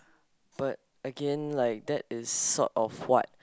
but again like that is sort of what